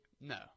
No